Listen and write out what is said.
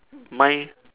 mine